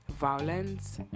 violence